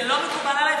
זה לא מקובל עלי,